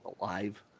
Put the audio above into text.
Alive